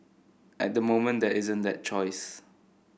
at the moment there isn't that choice